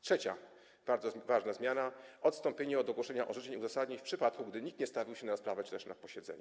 Trzecia bardzo ważna zmiana to odstąpienie od ogłoszenia orzeczeń i uzasadnień, w przypadku gdy nikt nie stawił się na rozprawę czy na posiedzenie.